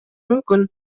мүмкүн